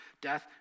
death